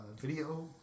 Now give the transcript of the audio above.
video